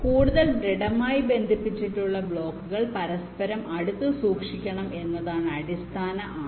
കൂടുതൽ ദൃഡ്ഡമായി ബന്ധിപ്പിച്ചിട്ടുള്ള ബ്ലോക്കുകൾ പരസ്പരം അടുത്ത് സൂക്ഷിക്കണം എന്നതാണ് അടിസ്ഥാന ആശയം